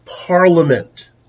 parliament